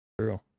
True